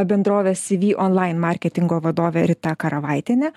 bendrovės cv online marketingo vadovė rita karavaitienė